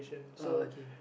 uh okay